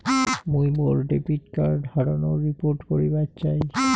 মুই মোর debit card হারানোর রিপোর্ট করিবার চাই